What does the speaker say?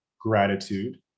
gratitude